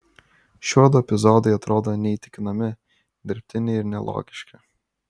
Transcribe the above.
šiuodu epizodai atrodo neįtikinami dirbtini ir nelogiški